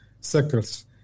circles